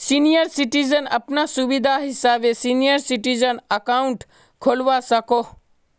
senior citizen अपना सुविधा हिसाबे सीनियर सिटीजन अकाउंट खोलवा सकोह